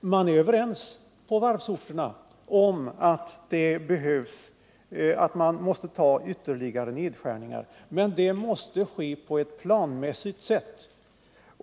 Man inser på varvsorterna att ytterligare nedskärningar måste åstadkommas. Men de skall ske på ett planmässigt sätt.